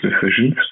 decisions